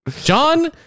John